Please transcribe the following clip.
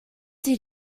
did